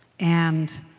and